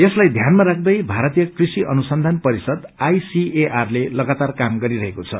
यसलाई ध्यानामा राख्दै भारतीय कृषि अनुसन्धान परिषदले लागातार काम गरिरहेको छ